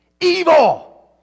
Evil